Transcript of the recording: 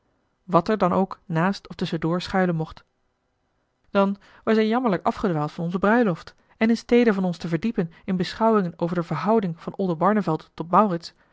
wat er dan ook naast of tusschendoor schuilen mocht dan wij zijn jammerlijk afgedwaald van onze bruiloft en in stede van ons te verdiepen in beschouwingen over de verhouding van oldenbarneveld tot